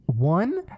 One